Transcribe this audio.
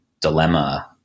dilemma